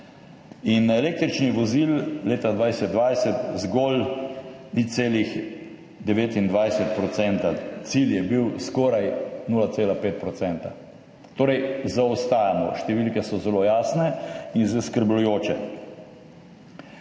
in električnih vozil leta 2020 zgolj 0,29 %, cilj je bil skoraj 0,5 %. Torej zaostajamo, številke so zelo jasne in zaskrbljujoče.